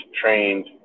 trained